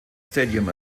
stadium